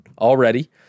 already